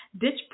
Ditch